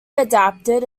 adapted